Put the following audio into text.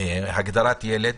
הגדרת ילד,